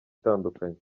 itandukanye